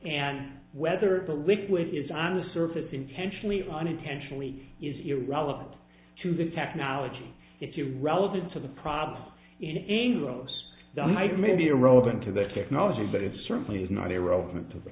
and whether the liquid is on the surface intentionally or unintentionally is irrelevant to the technology it's irrelevant to the problem in gross the might may be irrelevant to the technology but it certainly is not irrelevant to the